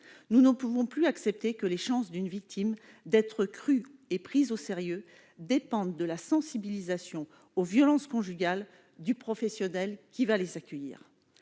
Nous ne pouvons plus accepter que les chances d'une victime d'être crue et prise au sérieux dépendent de la sensibilisation aux violences conjugales du professionnel qui va les accueillir.